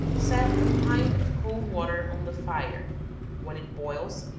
set a pint of cold water on the fire when it boils,